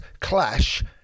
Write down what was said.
clash